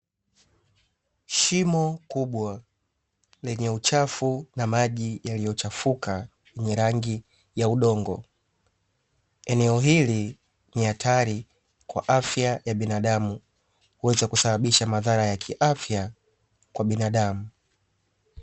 Shimo kubwa, lenye uchafu na maji yaliyochafuka yenye rangi ya udongo. Eneo hili ni hatari kwa afya ya binadamu kuweza kusababisha madhara ya kiafya kwa binadamu.